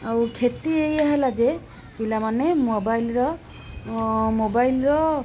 ଆଉ କ୍ଷତି ଏଇ ହେଲା ଯେ ପିଲାମାନେ ମୋବାଇଲ୍ର ମୋବାଇଲ୍ର